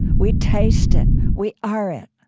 we taste it. we are it.